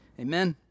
Amen